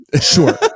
Sure